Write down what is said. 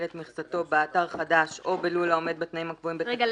את כל מכסתו באתר החדש או בלול העומד בתנאים הקבועים" --- רגע,